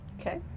okay